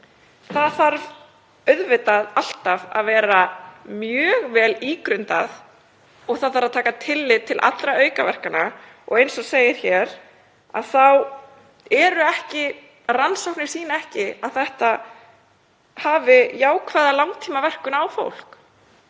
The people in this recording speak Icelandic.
þarf auðvitað alltaf að vera mjög vel ígrundað. Það þarf að taka tillit til allra aukaverkana og eins og segir hér þá sýna rannsóknir ekki að þetta hafi jákvæða langtímaverkun á fólk.